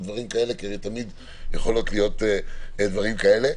תמיד יכולים להיות דברים כאלה.